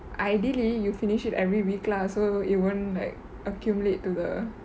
ideally you finish it every week lah so it won't like accumulate to the